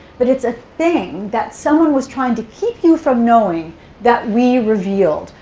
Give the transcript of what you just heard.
but it's a thing that someone was trying to keep you from knowing that we revealed.